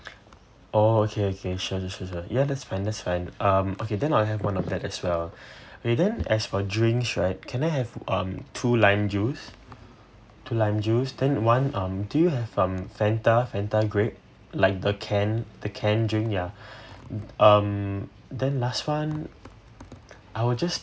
oh okay okay sure sure sure sure ya that's fine that's fine um okay then I'll have one of that as well okay then as for drinks right can I have um two lime juice two lime juice then one um do you have um Fanta Fanta grape like the can the can drink ya um then last one I'll just